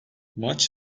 maç